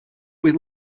with